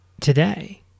today